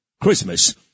Christmas